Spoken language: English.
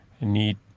need